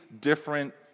different